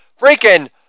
freaking